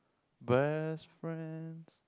best friends